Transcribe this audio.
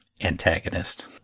antagonist